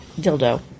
dildo